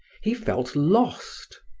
he felt lost.